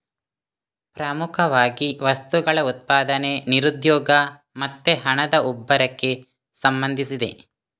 ಪ್ರಮುಖವಾಗಿ ವಸ್ತುಗಳ ಉತ್ಪಾದನೆ, ನಿರುದ್ಯೋಗ ಮತ್ತೆ ಹಣದ ಉಬ್ಬರಕ್ಕೆ ಸಂಬಂಧಿಸಿದೆ